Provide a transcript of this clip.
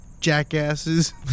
jackasses